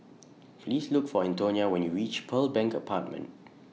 Please Look For Antonia when YOU REACH Pearl Bank Apartment